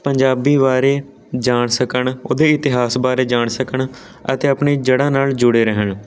ਪੰਜਾਬੀ ਬਾਰੇ ਜਾਣ ਸਕਣ ਉਹਦੇ ਇਤਿਹਾਸ ਬਾਰੇ ਜਾਣ ਸਕਣ ਅਤੇ ਆਪਣੇ ਜੜ੍ਹਾਂ ਨਾਲ ਜੁੜ੍ਹੇ ਰਹਿਣ